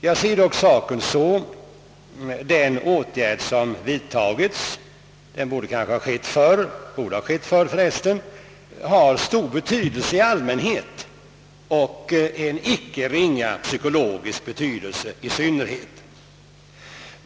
Jag ser dock saken så: Den åtgärd som vidtagits — den borde ha vidtagits förr — har stor betydelse i allmänhet och en icke ringa psykologisk i synnerhet.